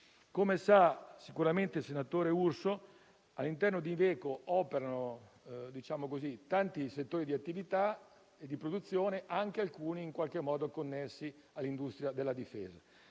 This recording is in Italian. Come sa sicuramente il senatore Urso, all'interno di Iveco operano tanti settori di attività e di produzione, alcuni anche in qualche modo connessi all'industria della difesa.